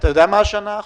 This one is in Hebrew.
יודע מה השנה עכשיו?